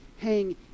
hang